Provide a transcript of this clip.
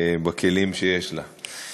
בכלים שיש לה.